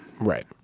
Right